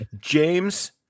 james